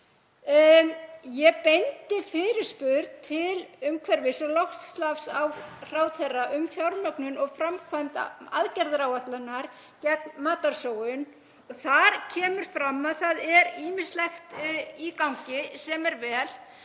Ég beindi fyrirspurn til umhverfis-, orku- og loftslagsráðherra um fjármögnun og framkvæmd aðgerðaáætlunar gegn matarsóun og þar kemur fram að það er ýmislegt í gangi sem er vel.